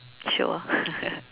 shiok ah